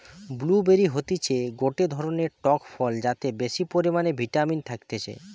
blue বেরি হতিছে গটে ধরণের টক ফল যাতে বেশি পরিমানে ভিটামিন থাকতিছে